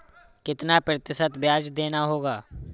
कितना प्रतिशत ब्याज देना होगा?